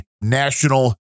national